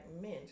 mint